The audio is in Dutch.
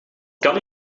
kan